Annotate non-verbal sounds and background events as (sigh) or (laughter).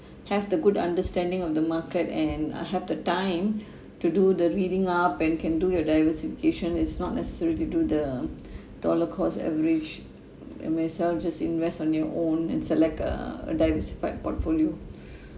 (breath) have the good understanding of the market and uh have the time (breath) to do the reading up and can do your diversification is not necessary to do the (breath) dollar cost average you may self just invest on your own and select a diversified portfolio (breath)